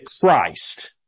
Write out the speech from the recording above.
Christ